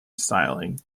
styling